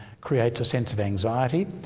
creates a sense of anxiety.